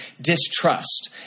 distrust